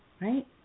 right